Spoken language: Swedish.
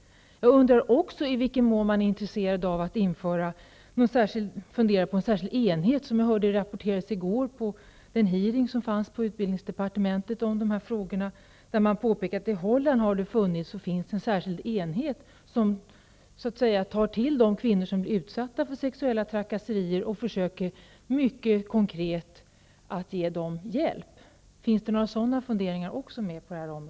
Jag undrar också i vilken mån man är intresserad av att införa en särskild enhet. Jag hörde att det rapporterades om det på den hearing om dessa frågor som genomfördes på utbildningsdepartementet i går. Där påpekade man att det i Holland har funnits, och finns, en särskild enhet som tar till sig de kvinnor som blir utsatta för sexuella trakasserier och försöker att ge dem en mycket konkret hjälp. Finns det några sådana funderingar här?